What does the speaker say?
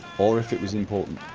or if it was important